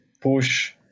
push